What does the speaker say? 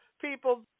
people